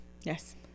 Yes